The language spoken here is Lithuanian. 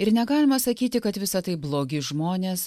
ir negalima sakyti kad visa tai blogi žmonės